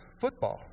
football